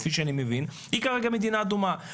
כרגע מדינה אדומה.